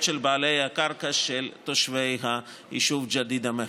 של בעלי הקרקע של תושבי היישוב ג'דיידה-מכר.